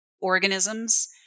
organisms